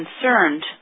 concerned